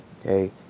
Okay